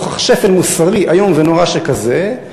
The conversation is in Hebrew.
נוכח שפל מוסרי איום ונורא שכזה,